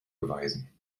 beweisen